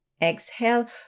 Exhale